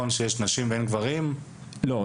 לא.